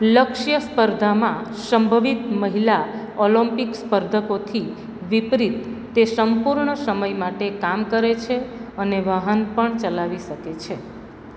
લક્ષ્ય સ્પર્ધામાં સંભવિત મહિલા ઓલિમ્પિક્સ સ્પર્ધકોથી વિપરીત તે સંપૂર્ણ સમય માટે કામ કરે છે અને વાહન પણ ચલાવી શકે છે